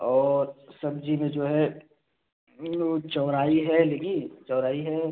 और सब्ज़ी में जो है वह चौराई है लगी चौराई है